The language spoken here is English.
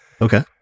Okay